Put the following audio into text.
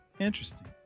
interesting